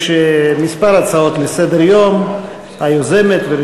יש כמה הצעות לסדר-היום, מס' 2,